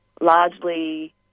largely